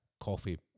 coffee